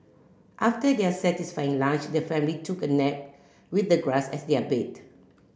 after their satisfying lunch the family took a nap with the grass as their bed